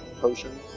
Potion